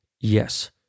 Yes